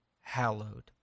Hallowed